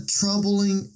troubling